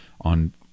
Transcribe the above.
on